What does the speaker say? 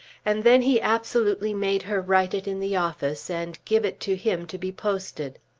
and then he absolutely made her write it in the office and give it to him to be posted.